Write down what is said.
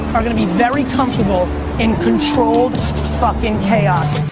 are going to be very comfortable in control the fucking chaos.